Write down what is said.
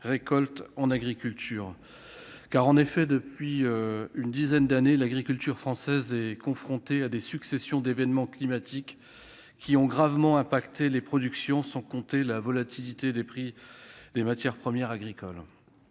récolte en agriculture. Depuis près d'une dizaine d'années, l'agriculture française est confrontée à des successions d'événements climatiques qui ont gravement impacté les productions, sans parler de la volatilité croissante des prix des matières premières agricoles.